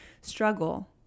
struggle